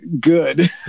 good